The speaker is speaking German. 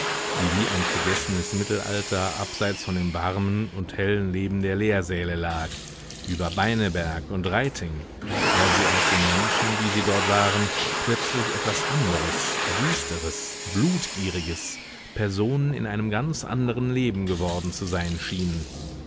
die wie ein vergessenes mittelalter abseits von dem warmen und hellen leben der lehrsäle lag über beineberg und reiting weil sie aus den menschen die sie dort waren plötzlich etwas anderes düsteres blutgieriges personen in einem ganz anderen leben geworden zu sein schienen